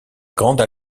grande